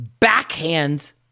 backhands